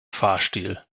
fahrstil